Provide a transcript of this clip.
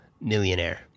Millionaire